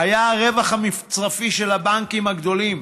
היה הרווח המצרפי של הבנקים הגדולים,